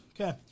Okay